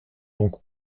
donc